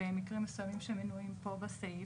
במקרים מסויימים שמנויים פה בסעיף,